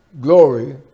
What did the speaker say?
glory